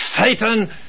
Satan